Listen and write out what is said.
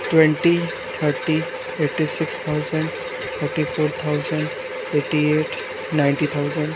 twenty thirty eighty six thousand forty four thousand eighty eight ninety thousand